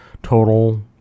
total